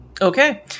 Okay